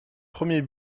premier